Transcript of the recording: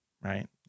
right